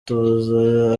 utoza